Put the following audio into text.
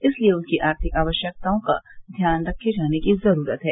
इसलिए उनकी आर्थिक आवश्यकताओं का ध्यान रखे जाने की जरूरत है